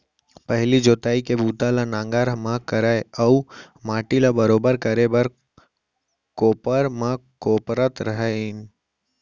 पहिली जोतई के बूता ल नांगर म करय अउ माटी ल बरोबर करे बर कोपर म कोपरत रहिन